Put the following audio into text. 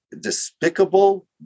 despicable